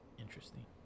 interesting